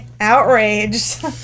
outraged